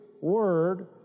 word